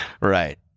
Right